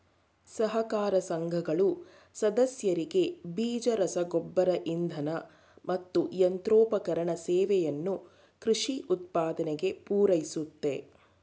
ಸಹಕಾರ ಸಂಘಗಳು ಸದಸ್ಯರಿಗೆ ಬೀಜ ರಸಗೊಬ್ಬರ ಇಂಧನ ಮತ್ತು ಯಂತ್ರೋಪಕರಣ ಸೇವೆಯನ್ನು ಕೃಷಿ ಉತ್ಪಾದನೆಗೆ ಪೂರೈಸುತ್ತೆ